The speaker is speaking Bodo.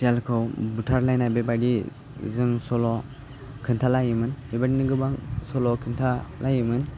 सियालखौ बुथारलायनाय बेबायदि जों सल' खोन्थालायोमोन बेबादिनो गोबां सल' खोन्थालायोमोन